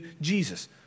Jesus